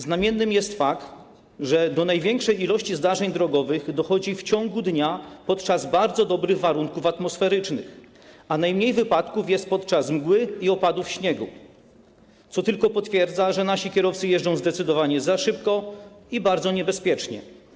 Znamienny jest fakt, że do największej liczby zdarzeń drogowych dochodzi w ciągu dnia, w bardzo dobrych warunkach atmosferycznych, a najmniej wypadków jest podczas mgły i opadów śniegu, co tylko potwierdza, że nasi kierowcy jeżdżą zdecydowanie za szybko i bardzo niebezpiecznie.